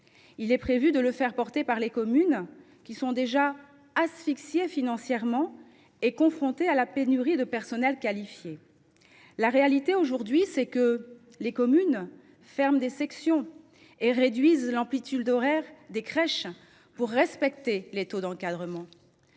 Il est prévu de le faire porter par les communes, qui sont déjà asphyxiées financièrement et confrontées à la pénurie de personnel qualifié. La réalité, aujourd’hui, c’est que les communes ferment des sections et réduisent l’amplitude horaire des crèches pour respecter les taux d’encadrement.